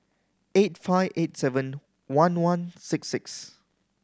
eight five eight seven one one six six